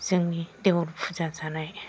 जोंनि देवोल फुजा जानाय